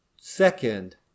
second